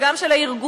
וגם של ארגונים,